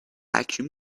vacuum